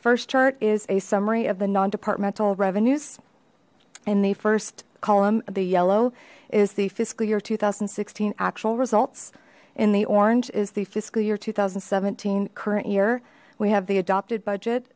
first chart is a summary of the non departmental revenues in the first column the yellow is the fiscal year two thousand and sixteen actual results in the orange is the fiscal year two thousand and seventeen current year we have the adopted budget